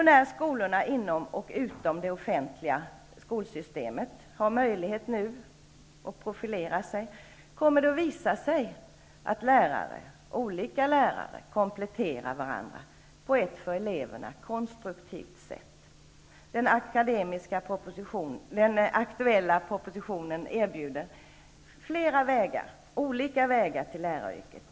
När skolorna inom och utom det offentliga skolsystemet nu har möjlighet att profilera sig kommer det att visa sig att lärare -- olika lärare -- kompletterar varandra på ett för eleverna konstruktivt sätt. Den aktuella propositionen erbjuder flera olika vägar till läraryrket.